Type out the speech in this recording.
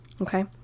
okay